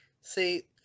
See